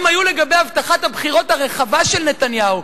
הם היו לגבי הבטחת הבחירות הרחבה של נתניהו,